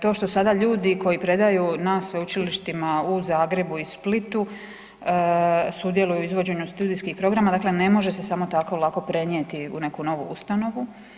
To što sada ljudi koji predaju na Sveučilištima u Zagrebu i Splitu sudjeluju u izvođenju studijskih programa, dakle ne može se samo tako lako prenijeti u neku novu ustanovu.